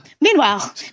meanwhile